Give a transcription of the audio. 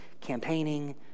campaigning